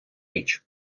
річ